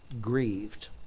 grieved